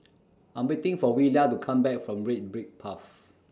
I'm waiting For Willia to Come Back from Red Brick Path